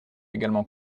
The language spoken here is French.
également